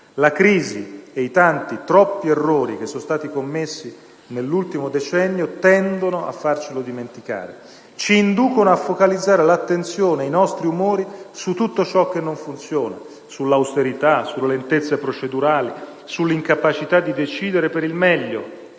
La crisi e i tanti, troppi, errori commessi nell'ultimo decennio tendono a farcelo dimenticare, ci inducono a focalizzare l'attenzione e i nostri umori su tutto ciò che non funziona: sull'austerità, sulle lentezze procedurali, sull'incapacità di decidere per il meglio.